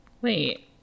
wait